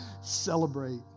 celebrate